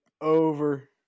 Over